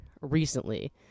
recently